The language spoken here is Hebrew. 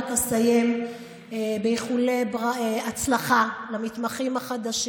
רק אסיים באיחולי הצלחה למתמחים החדשים